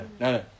no